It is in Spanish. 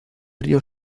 río